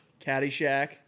Caddyshack